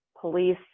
police